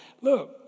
Look